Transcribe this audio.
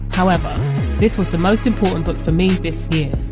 however this was the most important book for me this year